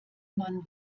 man